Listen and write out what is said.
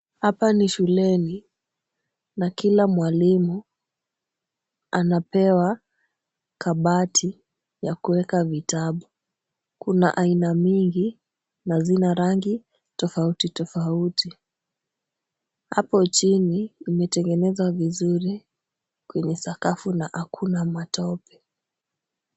Hapa ni shuleni na kila mwalimu anapewa kabati ya kuweka vitabu. Kuna aina mingi na zina rangi tofauti tofauti. Hapo chini imetengenezwa vizuri kwenye sakafu na hakuna matope.